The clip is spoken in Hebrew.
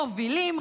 מובילים,